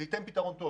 זה ייתן פתרון טוב